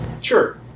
Sure